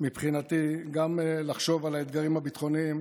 מבחינתי גם לחשוב על האתגרים הביטחוניים